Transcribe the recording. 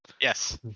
Yes